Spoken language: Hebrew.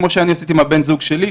כמו שאני עשיתי עם בן הזוג שלי.